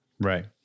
Right